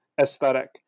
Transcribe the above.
aesthetic